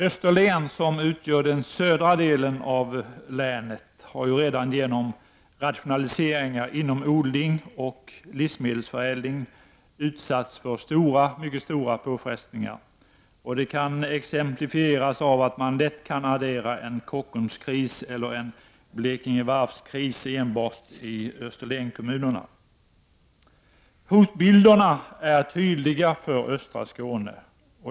Österlen, som utgör den södra delen av regionen, har redan genom rationaliseringar inom odling och livsmedelsförädling utsatts för mycket stora påfrestningar. Det kan exemplifieras genom att man lätt kan addera en ”Kockumskris” eller en ”Blekinge-varvskris” enbart i Österlenskommunerna. Hotbilderna är tydliga för östra Skåne.